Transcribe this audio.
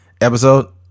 episode